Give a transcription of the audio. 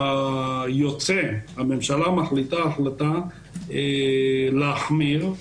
הממשלה מחליטה החלטה להחמיר,